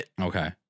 Okay